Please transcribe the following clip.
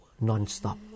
non-stop